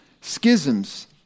Schisms